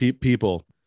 people